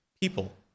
people